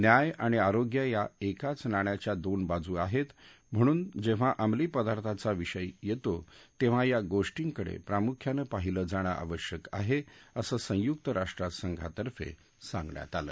न्याय आणि आरोग्य या एकाच नाण्याच्या दोन बाजू आहेत म्हणून जेव्हा अंमली पदार्थांचा विषय येतो तेव्हा या गोष्टींकडे प्रामुख्यान पाहिल जाण आवश्यक आहे असं संयुक्त राष्ट्रसंघातर्फे सांगण्यात आलं